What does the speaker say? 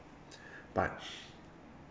but